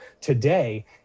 today